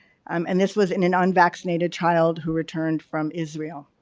um and this was an an unvaccinated child who returned from israel.